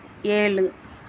ஏழு